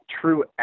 true